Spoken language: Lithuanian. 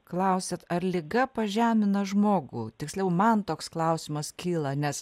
klausiat ar liga pažemina žmogų tiksliau man toks klausimas kyla nes